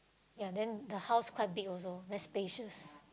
ya than the house quite big also that's specials